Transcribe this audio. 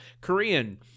Korean